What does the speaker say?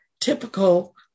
typical